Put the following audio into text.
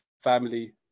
family